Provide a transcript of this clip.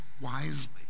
wisely